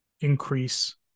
increase